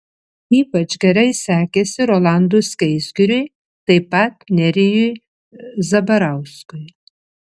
ypač gerai sekėsi rolandui skaisgiriui taip pat nerijui zabarauskui